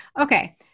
okay